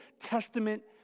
Testament